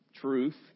truth